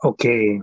Okay